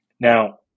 Now